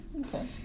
Okay